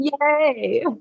Yay